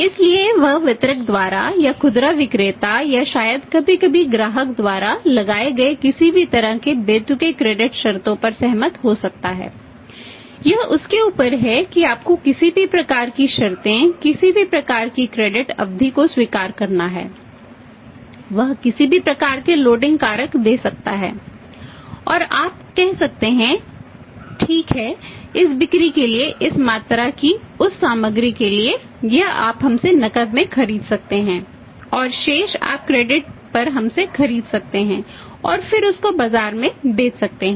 इसलिए वह वितरक द्वारा या खुदरा विक्रेता या शायद कभी कभी ग्राहक द्वारा लगाए गए किसी भी तरह के बेतुके क्रेडिट दे सकता है और आप कह सकते हैं कि ठीक है इस बिक्री के लिए इस मात्रा की उस सामग्री के लिए यह आप हमसे नकद में खरीद सकते हैं और शेष आप क्रेडिट पर हमसे खरीद सकते हैं और फिर उसको बाजार में बेच सकते हैं